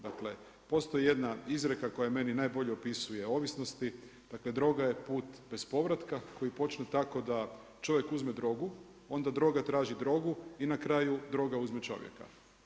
Dakle, postoji jedna izreka koja meni najbolje opisuje ovisnosti, dakle, droga je put bez povratka koji počne tako da čovjek uzme drogu, onda droga traži drogu i na kraju droga uzme čovjeka.